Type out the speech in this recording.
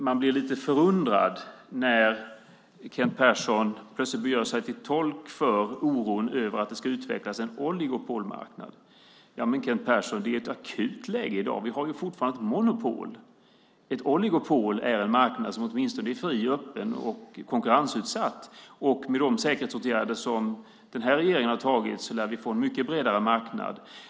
Man blir lite förundrad när Kent Persson plötsligt gör sig till tolk för oron över att det ska utvecklas en oligopolmarknad. Men Kent Persson, det är ett akut läge i dag! Vi har fortfarande ett monopol! Ett oligopol är en marknad som åtminstone är fri, öppen och konkurrensutsatt. Med de säkerhetsåtgärder som den här regeringen har vidtagit lär vi få en mycket bredare marknad.